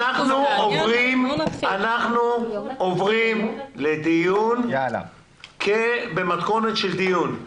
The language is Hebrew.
הבאנו שלושה נושאים שאנחנו חושבים שהם מאוד עקרוניים